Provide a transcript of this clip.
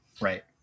Right